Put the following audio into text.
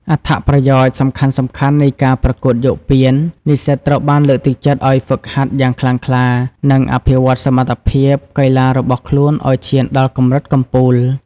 អត្ថប្រយោជន៍សំខាន់ៗនៃការប្រកួតយកពាន និស្សិតត្រូវបានលើកទឹកចិត្តឱ្យហ្វឹកហាត់យ៉ាងខ្លាំងក្លា និងអភិវឌ្ឍសមត្ថភាពកីឡារបស់ខ្លួនឱ្យឈានដល់កម្រិតកំពូល។